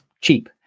cheap